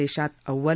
देशात अव्वल